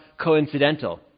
coincidental